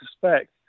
suspect